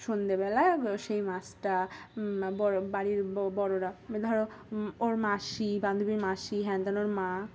সন্ধেবেলায় সেই মাছটা বড় বাড়ির বড়োরা ধরো ওর মাসি বান্ধবীর মাসি হ্যান ত্যান ওর মা